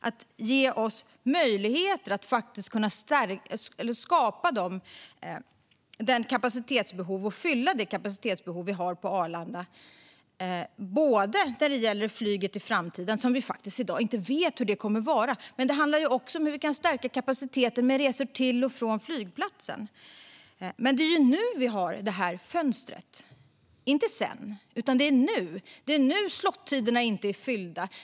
Det kan ge oss möjligheter att skapa kapacitetsbehov och fylla det på Arlanda, både vad gäller framtidens flyg - vi vet i dag inte hur det kommer att se ut - och hur vi kan stärka kapaciteten för resor till och från flygplatsen. Det är nu vi har ett fönster, inte sedan. Det är nu som slottiderna inte är fyllda.